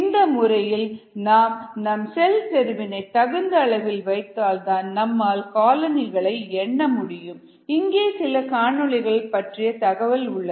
இந்த முறையில் நாம் செல் செறிவினை தகுந்த அளவில் வைத்தால்தான் நம்மால் காலனிகளை எண்ண முடியும் இங்கே சில காணொளிகள் பற்றிய தகவல் உள்ளது